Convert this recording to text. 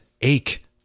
ache